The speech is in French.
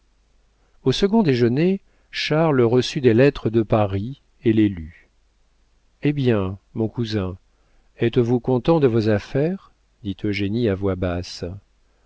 au second déjeuner charles reçut des lettres de paris et les lut hé bien mon cousin êtes-vous content de vos affaires dit eugénie à voix basse